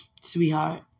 sweetheart